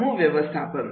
समूह व्यवस्थापन